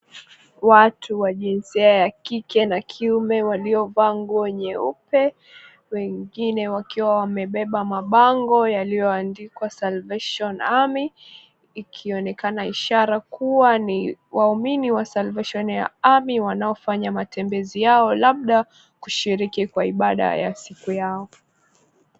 Watu wa jinsia ya kike na kiume , waliovaa nguo nyeupe wengine wakiwa wamebeba mabango yaliyoandikwa salvation army ikionekana ishara kuwa ni waumini wa salvation army wanaofanya matembezi yao labda kushiriki kwa ibada ya siku yao.